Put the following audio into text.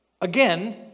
Again